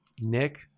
Nick